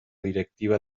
directiva